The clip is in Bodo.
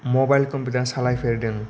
mobile computer सालायफेरदों